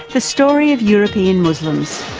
the story of european muslims.